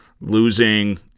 losing